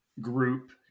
group